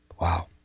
Wow